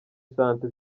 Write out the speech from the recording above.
sante